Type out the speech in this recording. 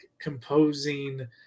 composing